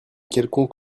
quelconque